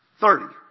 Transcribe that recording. thirty